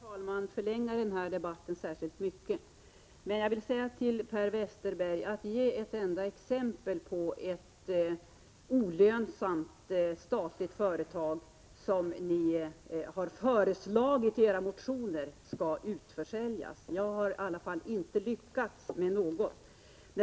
Herr talman! Jag skall inte förlänga debatten särskilt mycket. Jag vill bara säga till Per Westerberg: Ge ett enda exempel på ett olönsamt statligt företag som ni har föreslagit i era motioner skall försäljas! Jag har i alla fall inte hört något.